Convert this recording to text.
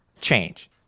change